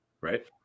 right